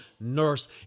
nurse